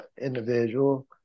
individual